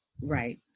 right